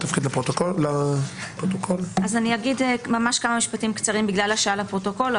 אני אגיד כמה משפטים קצרים בגלל השעה לפרוטוקול,